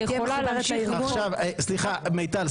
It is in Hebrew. היא יכולה להמשיך לפעול --- סליחה מיטל,